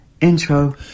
intro